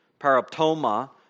paraptoma